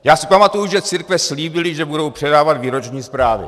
Já si pamatuji, že církve slíbily, že budou předávat výroční zprávy.